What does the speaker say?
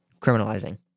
criminalizing